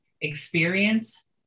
experience